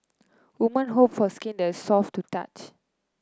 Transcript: woman hope for skin that is soft to touch